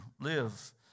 live